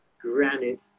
granite